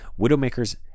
Widowmaker's